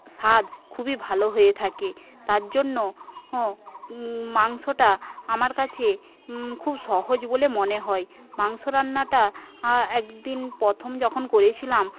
স্বাদ খুবই ভালো হয়ে থাকে তার জন্য মাংসটা আমার কাছে খুব সহজ বলে মনে হয় মাংস রান্নাটা একদিন প্রথম যখন করেছিলাম